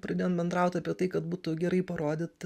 pradėjom bendraut apie tai kad būtų gerai parodyt